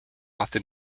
often